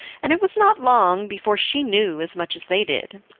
and it was not long before she knew as much as they did.